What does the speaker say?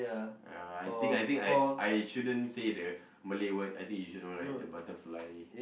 uh I think I think I I shouldn't say the Malay word I think you should know right the butterfly